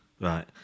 Right